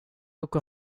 åker